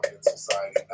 society